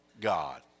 God